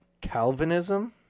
Calvinism